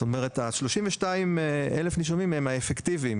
זאת אומרת, 32,000 הנישומים הם האפקטיביים.